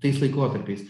tais laikotarpiais